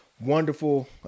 wonderful